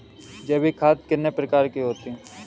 जैविक खाद कितने प्रकार की होती हैं?